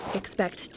expect